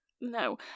No